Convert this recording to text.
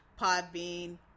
Podbean